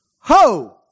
Ho